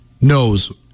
knows